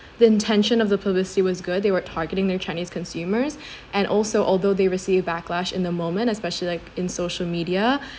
the intention of the publicity was good they were targeting their chinese consumers and also although they receive backlash in the moment especially like in social media